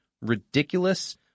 ridiculous